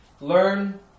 learn